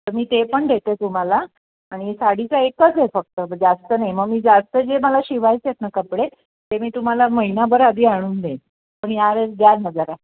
तर मी ते पण देते तुम्हाला आणि साडीचा एकच आहे फक्त जास्त नाही मग मी जास्त जे मला शिवायचेत ना कपडे ते मी तुम्हाला महिनाभर आधी आणून देईन पण यावेळेस द्या ना जरा